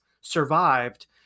survived